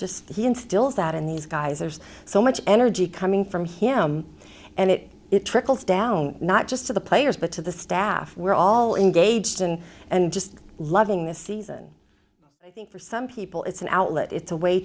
he instills that in these guys there's so much energy coming from him and it trickles down not just to the players but to the staff we're all engaged in and just loving this season i think for some people it's an outlet it's a way